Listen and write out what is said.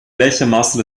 gleichermaßen